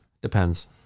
Depends